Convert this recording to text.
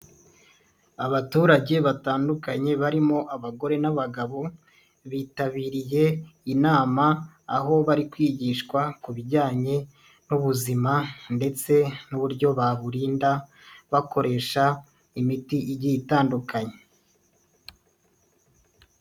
Abaturage batandukanye barimo abagore n'abagabo bitabiriye inama aho bari kwigishwa ku bijyanye n'ubuzima ndetse n'uburyo baburinda bakoresha imiti igiye itandukanye.